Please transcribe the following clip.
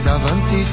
Davanti